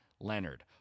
Leonard